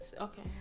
okay